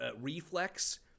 reflex